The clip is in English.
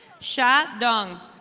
shot dung.